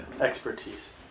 expertise